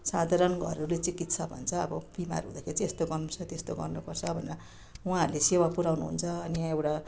साधारण घरहरू चिकित्सा भन्छ अब बिमार हुँदाखरि चाहिँ यस्तो गर्नुपर्छ त्यस्तो गर्नुपर्छ भनेर उहाँहरूले सेवा पुर्याउनुहुन्छ अनि यहाँ एउटा